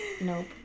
Nope